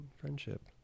friendship